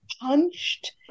punched